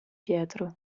pietro